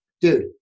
dude